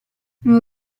non